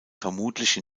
vermutlich